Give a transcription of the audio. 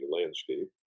landscape